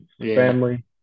family